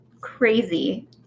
crazy